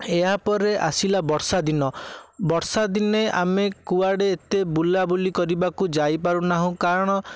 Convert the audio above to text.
ଏହାପରେ ଆସିଲା ବର୍ଷାଦିନ ବର୍ଷାଦିନେ ଆମେ କୁଆଡ଼େ ଏତେ ବୁଲାବୁଲି କରିବାକୁ ଯାଇପାରୁ ନାହୁଁ କାରଣ